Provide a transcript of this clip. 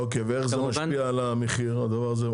אוקיי ואיך זה משפיע על המחיר הדבר הזה?